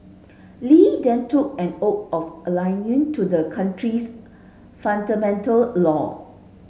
Li then took an oath of allegiance to the country's fundamental law